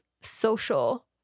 social